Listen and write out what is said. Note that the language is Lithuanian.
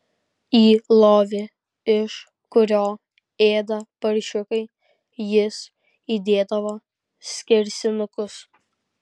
į lovį iš kurio ėda paršiukai jis įdėdavo skersinukus